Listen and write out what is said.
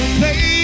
play